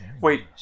Wait